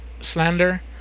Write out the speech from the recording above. slander